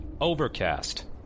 Overcast